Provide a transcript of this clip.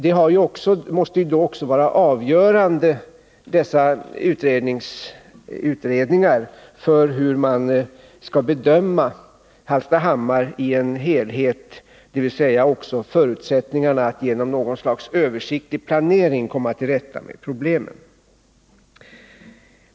Dessa utredningar måste vara avgörande för en helhetsbedömning av Hallstahammar, dvs. för förutsättningarna för att genom något slags översiktlig planering komma till rätta med problemen.